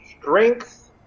Strength